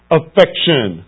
affection